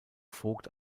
vogt